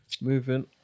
moving